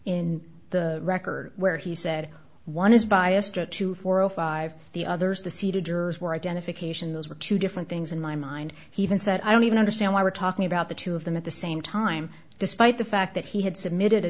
in the record where he said one is biased or twenty four or five the others the seated jurors were identification those were two different things in my mind he even said i don't even understand why we're talking about the two of them at the same time despite the fact that he had submitted a